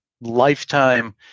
lifetime